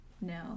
No